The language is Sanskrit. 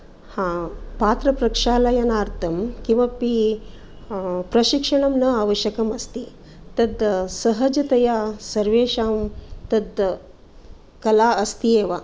हा पात्रप्रक्षालयनार्थं किमपि प्रशिक्षणं न अवश्यकमस्ति तत् सहजतया सर्वेषां तत् कला अस्ति एव